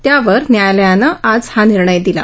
त्यावर न्यायालयानं आज हा निर्णय दिला